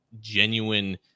genuine